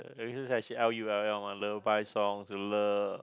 actually L U L L mah lullaby songs